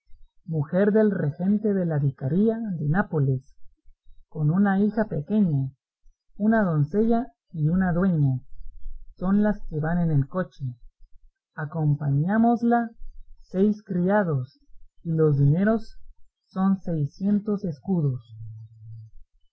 mujer del regente de la vicaría de nápoles con una hija pequeña una doncella y una dueña son las que van en el coche acompañámosla seis criados y los dineros son seiscientos escudos